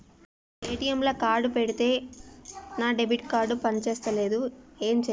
ATM లా card పెడితే నా డెబిట్ కార్డ్ పని చేస్తలేదు ఏం చేయాలే?